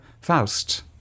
Faust